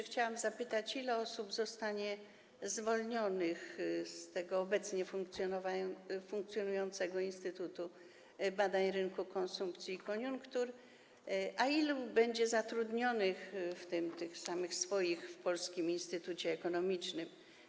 Chciałam zapytać, ile osób zostanie zwolnionych z tego obecnie funkcjonującego Instytutu Badań Rynku, Konsumpcji i Koniunktur, a ilu będzie zatrudnionych samych swoich w Polskim Instytucie Ekonomicznym.